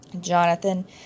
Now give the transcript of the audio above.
Jonathan